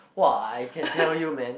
!wah! I can tell you man